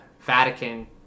Vatican